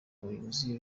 abayobozi